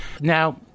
Now